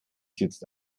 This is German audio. jetzt